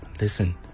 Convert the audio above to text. listen